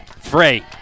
Frey